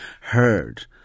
heard